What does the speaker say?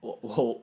colon